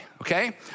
okay